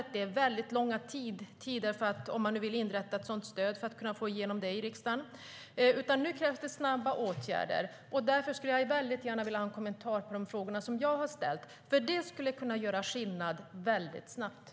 Det handlar om väldigt långa tider för att kunna få igenom det i riksdagen, om man vill inrätta ett sådant stöd, och nu krävs det snabba åtgärder.